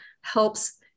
helps